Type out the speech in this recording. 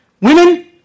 women